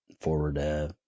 forward